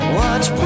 watch